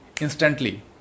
instantly